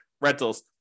rentals